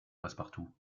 passepartout